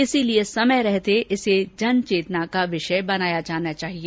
इसलिए समय रहते इसे जन चेतना का विषय बनाया जाना चाहिए